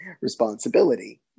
responsibility